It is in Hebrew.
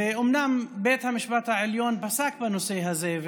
אומנם בית המשפט העליון פסק בנושא הזה,